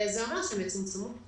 וזה אומר שהם יצומצמו.